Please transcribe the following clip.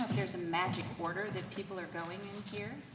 there's a magic order that people are going in here.